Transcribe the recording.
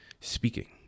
speaking